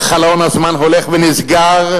וחלון הזמן הולך ונסגר,